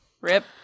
Rip